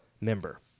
member